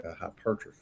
hypertrophy